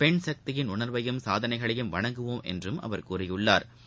பெண் சக்தியின் உணா்வையும் சாதனைகளையும் வணங்குவோம் என்றும் அவா் கூறியுள்ளாா்